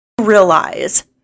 realize